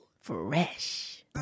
Fresh